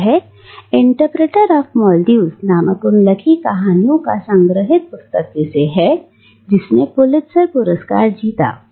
यह interpreter of maladies नामक उन लघु कहानियों की संग्रहित पुस्तक में से है जिसने पुलित्जर पुरस्कार जीता था